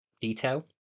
detail